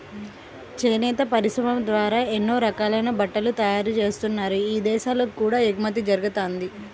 చేనేత పరిశ్రమ ద్వారా ఎన్నో రకాలైన బట్టలు తయారుజేత్తన్నారు, ఇదేశాలకు కూడా ఎగుమతి జరగతంది